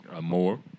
More